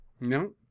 No